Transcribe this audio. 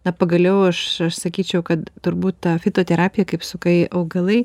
na pagaliau aš aš sakyčiau kad turbūt ta fitoterapija kaip sakai augalai